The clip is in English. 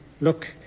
Look